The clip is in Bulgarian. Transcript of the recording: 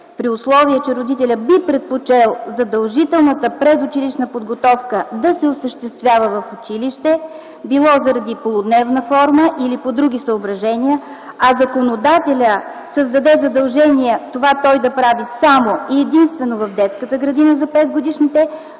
При условие, че родителят би предпочел задължителната предучилищна подготовка да се осъществява в училище, било заради полудневна форма или по други съображения, а законодателят създаде задължение той да прави това единствено и само в детската градина за 5-годишните